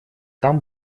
там